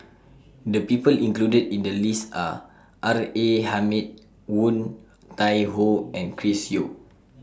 The People included in The list Are R A Hamid Woon Tai Ho and Chris Yeo